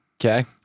Okay